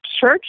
church